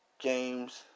Games